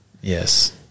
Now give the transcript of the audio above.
yes